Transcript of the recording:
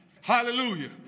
hallelujah